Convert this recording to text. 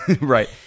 Right